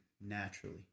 naturally